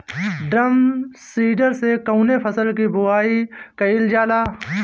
Drum seeder से कवने फसल कि बुआई कयील जाला?